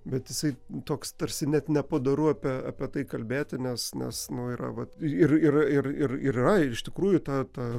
bet jisai toks tarsi net nepadoru apie apie tai kalbėti nes nes nu yra vat ir yra ir ir yra ir iš tikrųjų tą tą